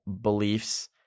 beliefs